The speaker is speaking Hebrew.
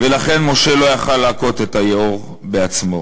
ולכן משה לא יכול להכות את היאור בעצמו.